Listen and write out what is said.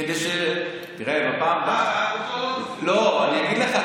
אני אגיד לך,